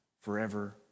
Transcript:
forever